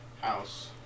house